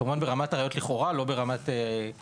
כמובן, זה ברמת הראיות "לכאורה", ולא ברמת ההרשעה.